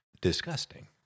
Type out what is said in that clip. disgusting